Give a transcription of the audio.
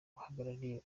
uhagarariye